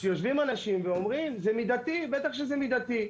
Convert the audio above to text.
יושבים אנשים ואומרים: זה מידתי, בטח שזה מידתי.